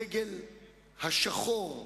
הדגל השחור,